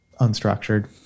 unstructured